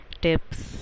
tips